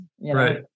Right